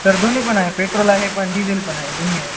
sir दोन्ही पण petrol आहे पण डिझेल पण आहे दोन्ही आहे